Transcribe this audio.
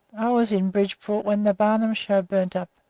i was in bridgeport when the barnum show burned up,